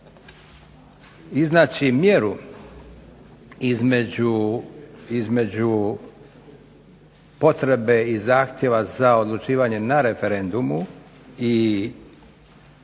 Iznaći mjeru između potrebe i zahtjeva za odlučivanjem na referendumu i potrebe